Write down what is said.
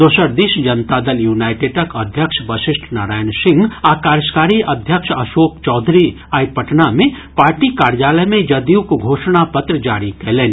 दोसर दिस जनता दल यूनाईटेडक अध्यक्ष वशिष्ठ नारायण सिंह आ कार्याकारी अध्यक्ष अशोक चौधरी आइ पटना मे पार्टी कार्यालय मे जदयूक घोषणा पत्र जारी कयलनि